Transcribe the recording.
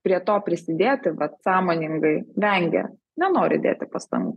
prie to prisidėti vat sąmoningai vengia nenori dėti pastangų